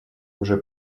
уже